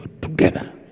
together